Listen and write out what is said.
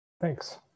Thanks